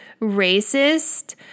racist